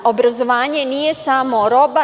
Obrazovanje nije samo roba.